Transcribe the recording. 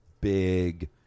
big